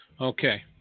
Okay